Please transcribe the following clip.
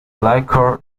liquor